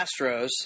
Astros